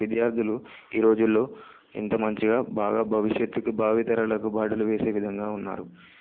విద్యార్థులు ఈ రోజుల్లో ఇంత మంచిగా బాగా భవిష్యత్తుకు భావితరాలకు బాటలు వేసే విధంగా ఉన్నారు